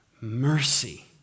mercy